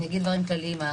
אני אגיד דברים כלליים.